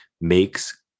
makes